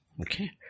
Okay